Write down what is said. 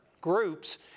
groups